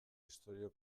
istorio